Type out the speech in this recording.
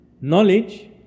Knowledge